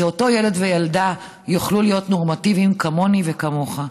שאותו ילד וילדה יוכלו להיות נורמטיביים כמוני וכמוך.